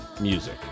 music